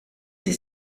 sie